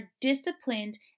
disciplined